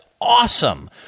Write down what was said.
awesome